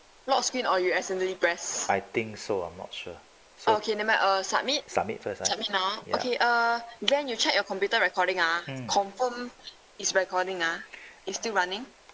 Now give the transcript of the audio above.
I think so I'm not sure submit first ya mm